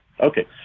Okay